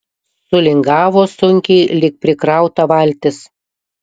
sulingavo sunkiai lyg prikrauta valtis